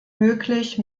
möglich